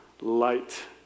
light